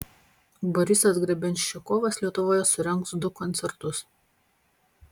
borisas grebenščikovas lietuvoje surengs du koncertus